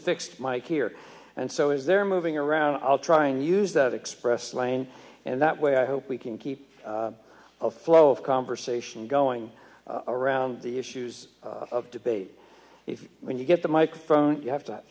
fixed mike here and so is they're moving around i'll try and use that express lane and that way i hope we can keep a flow of conversation going around the issues of debate if when you get the microphone you have to